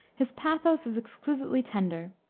his pathos is exquisitely tender,